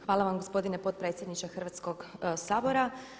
Hvala vam gospodine potpredsjedniče Hrvatskoga sabora.